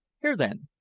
here, then,